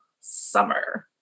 summer